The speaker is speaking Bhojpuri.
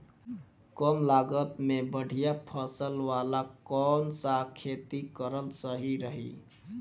कमलागत मे बढ़िया फसल वाला कौन सा खेती करल सही रही?